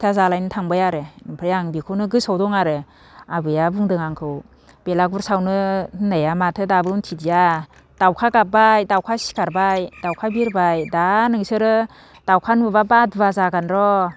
फिथा जालायनो थांबाय आरो ओमफ्राय आं बेखौनो गोसोआव दं आरो आबैया बुंदों आंखौ बेलागुर सावनो होननाया माथो दाबो मिनथिदिया दाउखा गाबबाय दाउखा सिखारबाय दाउखा बिरबाय दा नोंसोरो दाउखा नुब्ला बादुवा जागोन र'